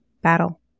battle